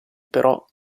però